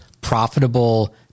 profitable